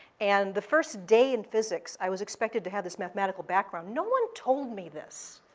and the first day in physics, i was expected to have this mathematical background. no one told me this,